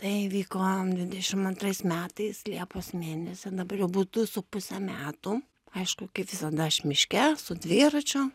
tai įvyko dvidešim antrais metais liepos mėnesį dabar jau būtų su puse metų aišku kaip visada aš miške su dviračiu